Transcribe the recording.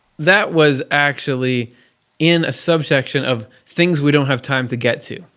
that was actually in a sub-section of things we don't have time to get to.